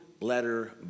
Letter